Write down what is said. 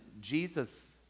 Jesus